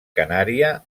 canària